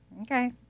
Okay